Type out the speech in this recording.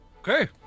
okay